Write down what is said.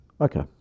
Okay